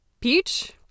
peach